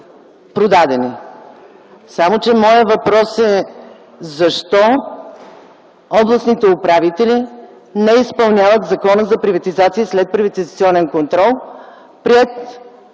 продадени. Само че моят въпрос е: защо областните управители не изпълняват Закона за приватизация и следприватизационен контрол, приет